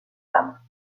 femmes